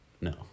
No